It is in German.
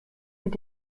mit